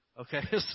Okay